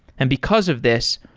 and because of this,